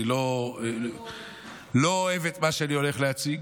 אתה לא אוהב, אני לא אוהב את מה שאני הולך להציג.